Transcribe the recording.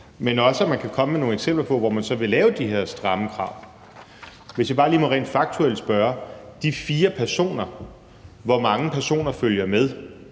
den, og 2) kan komme med nogle eksempler på, hvor man så vil lave de her stramme krav. Må jeg bare lige rent faktuelt spørge: Hvor mange personer følger med